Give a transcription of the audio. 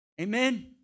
Amen